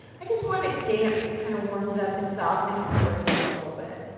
i just want it damp so it kind of warms up and softens the bristles a little bit.